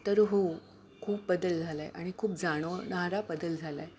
तर हो खूप बदल झाला आहे आणि खूप जाणवणारा बदल झाला आहे